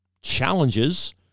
challenges